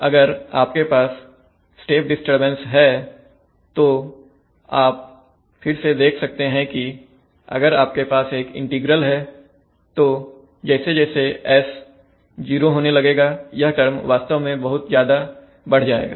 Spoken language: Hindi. इसलिए अगर आपके पास स्टेप डिस्टरबेंस है तो आप फिर से देख सकते हैं कि अगर आपके पास एक इंटीग्रल है तो जैसे जैसे s 0 होने लगेगा यह टर्म वास्तव में बहुत ज्यादा बढ़ जाएगा